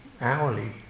hourly